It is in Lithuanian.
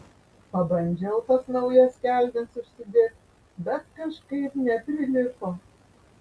pabandžiau tas naujas kelnes užsidėt bet kažkaip neprilipo